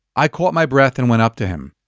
i caught my breath and went up to him.